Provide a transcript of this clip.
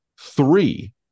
three